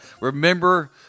Remember